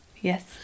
yes